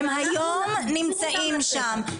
הם היום נמצאים שם.